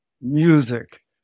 music